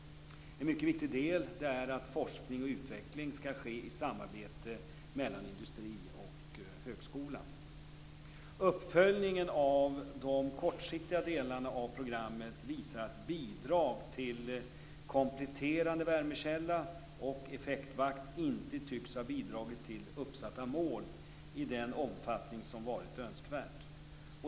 En mycket viktig del är att forskning och utveckling skall ske i samarbete mellan industri och högskola. Uppföljningen av de kortsiktiga delarna av programmet visar att bidrag till kompletterande värmekälla och effektvakt inte tycks ha bidragit till uppsatta mål i den omfattning som varit önskvärd.